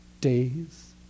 days